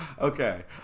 okay